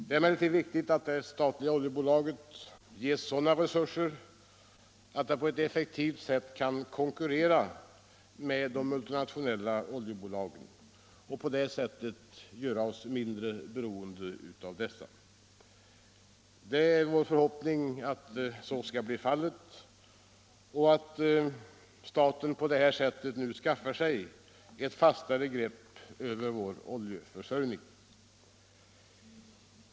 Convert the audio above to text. Det är emellertid viktigt att det statliga oljebolaget ges sådana resurser att det på ett effektivt sätt kan konkurrera med de multinationella oljebolagen och därigenom göra oss mindre beroende av dessa bolag. Det är vår förhoppning att så skall bli fallet och staten på det sättet skaffar sig et fastare grepp över vår oljeförsörjning.